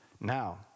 Now